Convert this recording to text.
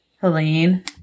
Helene